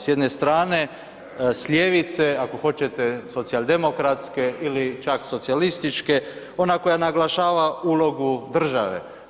S jedne strane s ljevice ako hoćete socijaldemokratske ili čak socijalističke ona koja naglašava ulogu države.